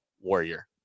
warrior